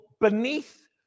beneath